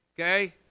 okay